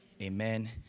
Amen